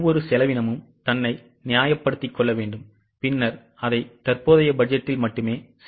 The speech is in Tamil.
ஒவ்வொரு செலவினமும் தன்னை நியாயப்படுத்திக் கொள்ள வேண்டும் பின்னர் அதை தற்போதைய பட்ஜெட்டில் மட்டுமே சேர்க்க முடியும்